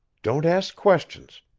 don't ask questions.